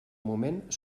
moment